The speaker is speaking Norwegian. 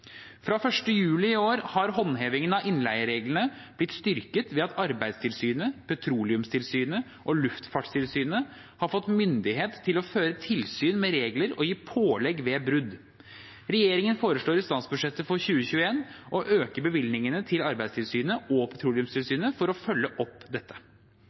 Fra 1. juli i år har håndhevingen av innleiereglene blitt styrket ved at Arbeidstilsynet, Petroleumstilsynet og Luftfartstilsynet har fått myndighet til å føre tilsyn med regler og gi pålegg ved brudd. Regjeringen foreslår i statsbudsjettet for 2021 å øke bevilgningene til Arbeidstilsynet og Petroleumstilsynet for å følge opp dette.